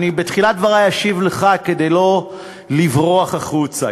בתחילת דברי אני אשיב לך כדי לא לברוח החוצה,